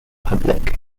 public